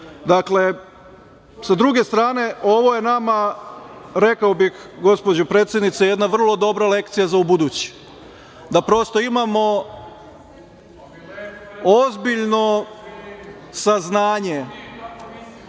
itd. Sa druge strane, ovo je nama, rekao bih gospođo predsednice jedna vrlo dobra lekcija za ubuduće. Da prosto imamo ozbiljno saznanje